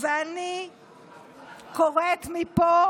ואני קוראת מפה